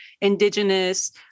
indigenous